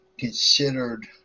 considered